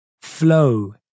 flow